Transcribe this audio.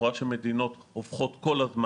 את רואה שמדינות הופכות שם כל הזמן